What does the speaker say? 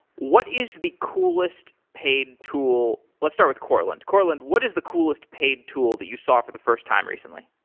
what is the coolest paid tool let's start with courtland. courtland, what is the coolest paid tool that you saw for the first time recently?